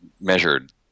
measured